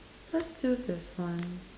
let's do this one